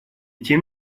тем